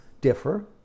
differ